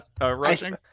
rushing